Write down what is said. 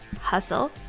Hustle